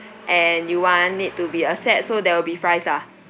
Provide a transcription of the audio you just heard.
and you want it to be a set so there will be fries ah